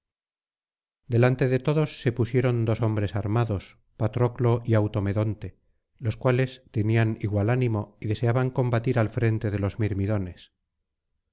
delante de todos se pusieron dos hombres armados patroclo y automedonte los cuales tenían igual ánimo y deseaban combatir al frente de los